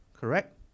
correct